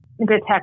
detect